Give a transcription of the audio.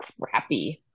crappy